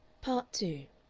part two